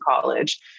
college